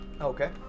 Okay